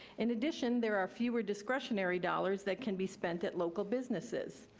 in addition, there are fewer discretionary dollars that can be spent at local businesses.